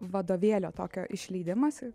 vadovėlio tokio išleidimas ir